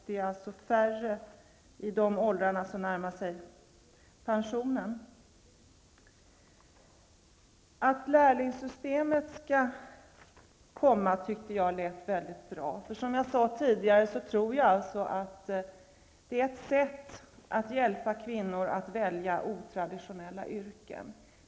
Det är alltså färre arbetslösa bland kvinnor som närmar sig pensionsåldern. Tanken på införande av ett lärlingssystem tycker jag låter bra. Som jag sade tidigare tror jag att det är ett sätt att hjälpa kvinnor att välja otraditionella yrken.